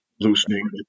loosening